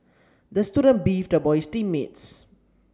the student beefed about his team mates